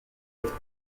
être